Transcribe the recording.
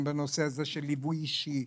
ליווי אישי,